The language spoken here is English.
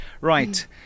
Right